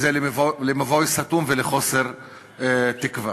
זה למבוי סתום ולחוסר תקווה.